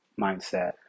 mindset